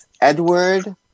Edward